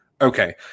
Okay